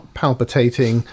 palpitating